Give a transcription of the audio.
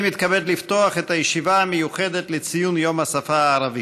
אני מתכבד לפתוח את הישיבה המיוחדת לציון יום השפה הערבית.